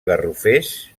garrofers